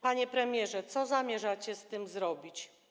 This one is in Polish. Panie premierze, co zamierzacie z tym zrobić?